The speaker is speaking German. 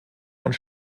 und